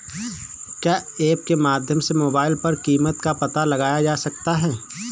क्या ऐप के माध्यम से मोबाइल पर कीमत का पता लगाया जा सकता है?